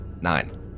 Nine